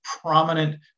prominent